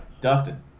Dustin